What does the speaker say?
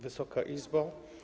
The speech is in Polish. Wysoka Izbo!